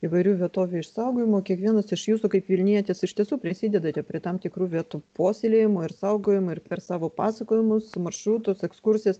įvairių vietovių išsaugojimo kiekvienas iš jūsų kaip vilnietis iš tiesų prisidedate prie tam tikrų vietų puoselėjimo ir saugojimo ir per savo pasakojimus maršrutus ekskursijas